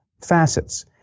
facets